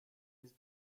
his